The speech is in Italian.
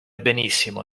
benissimo